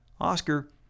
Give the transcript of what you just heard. Oscar